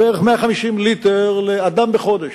ליטר לאדם בחודש.